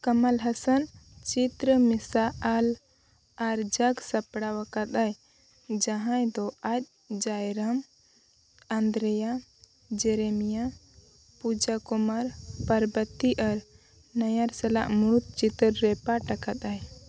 ᱠᱟᱢᱟᱞ ᱦᱟᱥᱟᱱ ᱪᱤᱛᱨᱚ ᱢᱮᱥᱟ ᱟᱞ ᱟᱨ ᱡᱟᱜᱽ ᱥᱟᱯᱲᱟᱣ ᱟᱠᱟᱫᱟᱭ ᱡᱟᱦᱟᱸᱭᱫᱚ ᱟᱡ ᱡᱟᱭᱨᱟᱢ ᱟᱱᱫᱨᱮᱭᱟ ᱡᱮᱨᱮᱢᱤᱭᱟ ᱯᱩᱡᱟ ᱠᱩᱢᱟᱨ ᱯᱟᱨᱵᱟᱛᱤ ᱟᱨ ᱱᱟᱭᱟᱨ ᱥᱟᱞᱟᱜ ᱢᱩᱬᱩᱫ ᱪᱤᱛᱟᱹᱨ ᱨᱮᱭ ᱯᱟᱨᱴ ᱟᱠᱟᱫᱟᱭ